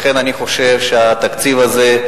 לכן אני חושב שהתקציב הזה,